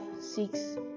six